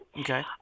Okay